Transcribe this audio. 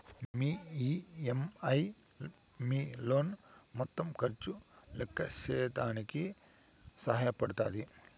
మీ EMI మీ loan మొత్తం ఖర్చు లెక్కేసేదానికి సహాయ పడతాది